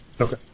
Okay